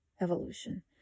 evolution